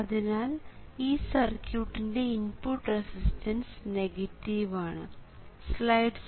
അതിനാൽ ഈ സർക്യൂട്ടിന്റെ ഇൻപുട്ട് റെസിസ്റ്റൻസ് നെഗറ്റീവ് ആണ്